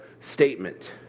statement